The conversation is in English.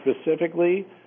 specifically